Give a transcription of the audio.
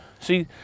See